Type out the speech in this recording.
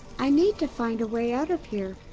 i need to find a way out of here.